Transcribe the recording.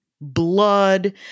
blood